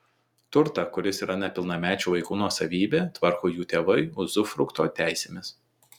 turtą kuris yra nepilnamečių vaikų nuosavybė tvarko jų tėvai uzufrukto teisėmis